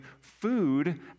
food